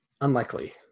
Unlikely